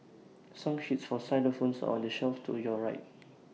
song sheets for xylophones on the shelf to your right